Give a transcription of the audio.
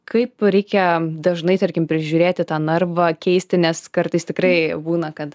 kaip reikia dažnai tarkim prižiūrėti tą narvą keisti nes kartais tikrai būna kad